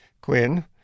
Quinn